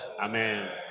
Amen